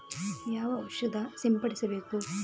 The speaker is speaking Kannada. ಯಾವ ಔಷಧ ಸಿಂಪಡಿಸಬೇಕು?